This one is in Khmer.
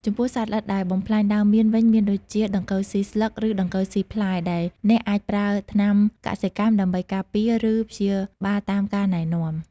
ចំពោះសត្វល្អិតដែលបំផ្លាញដើមមៀនវិញមានដូចជា ដង្កូវស៊ីស្លឹក ឬ ដង្កូវស៊ីផ្លែ ដែលអ្នកអាចប្រើថ្នាំកសិកម្មដើម្បីការពារ ឬព្យាបាលតាមការណែនាំ។